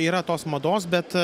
yra tos mados bet